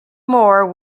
more